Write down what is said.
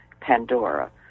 Pandora